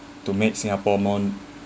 to make singapore more